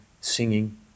singing